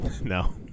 No